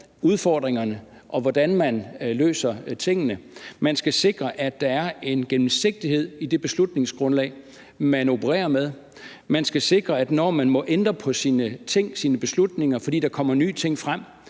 udfordringerne og om, hvordan man løser tingene. Man skal sikre, at der er en gennemsigtighed i det beslutningsgrundlag, man opererer med. Man skal sikre, at det, når man må ændre på sine ting, sine beslutninger, fordi der kommer nye ting frem,